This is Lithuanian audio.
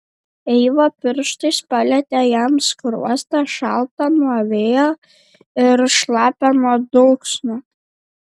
eiva pirštais palietė jam skruostą šaltą nuo vėjo ir šlapią nuo dulksnos